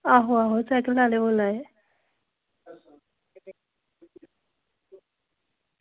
आहो आहो सैकल आह्ले बोल्ला दे